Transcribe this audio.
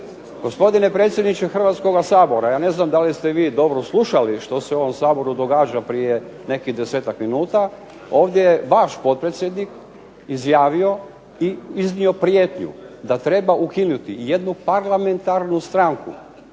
Gospodine predsjedniče Hrvatskoga sabora, ja ne znam da li ste vi dobro slušali što se u ovom Saboru događa prije nekih 10-ak minuta, ovdje je vaš potpredsjednik izjavio i iznio prijetnju da treba ukinuti jednu parlamentarnu stranku,